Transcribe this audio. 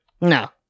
No